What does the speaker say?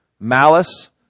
malice